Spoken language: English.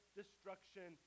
destruction